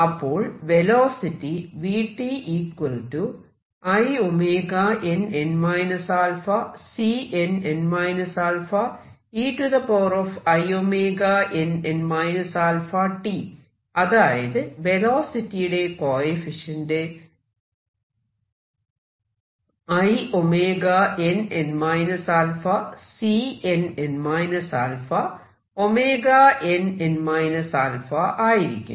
അപ്പോൾ വെലോസിറ്റി അതായത് വെലോസിറ്റിയുടെ കോയെഫിഷ്യന്റ് ആയിരിക്കും